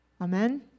Amen